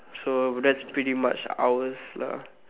so that's pretty much ours lah